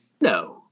No